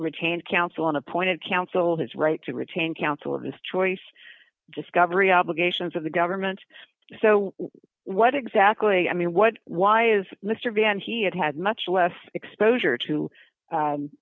retained counsel and appointed counsel his right to retain counsel of his choice discovery obligations of the government so what exactly i mean what why is mr van he had had much less exposure to